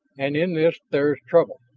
and in this there is trouble